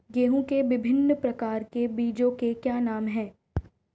गेहूँ के विभिन्न प्रकार के बीजों के क्या नाम हैं?